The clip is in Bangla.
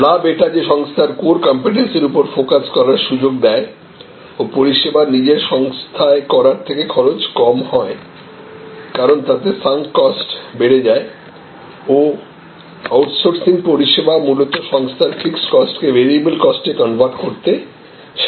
লাভ এটা যে সংস্থার কোর কমপিটেন্সের উপর ফোকাস করার সুযোগ দেয় ও পরিষেবা নিজের সংস্থায় করার থেকে খরচ কম হয় কারণ তাতে সাঙ্ক কস্ট বেড়ে যায় ও আউটসোর্সিং পরিষেবা মূলত সংস্থার ফিক্সড কস্ট কে ভ্যারিয়েবেল কস্টে কনভার্ট করতে সাহায্য করে